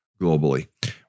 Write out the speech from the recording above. globally